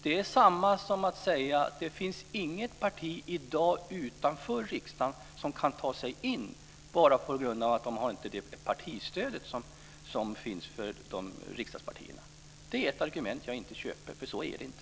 Det är detsamma som att säga att det inte finns något parti i dag utanför riksdagen som kan ta sig in bara på grund av att det inte har det partistöd som utgår till riksdagspartierna. Jag köper inte det argumentet, för så är det inte.